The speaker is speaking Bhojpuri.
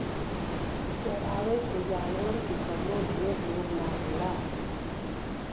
चरावे से जानवर के कवनो ढेर रोग ना होला